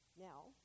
Now